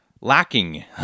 lacking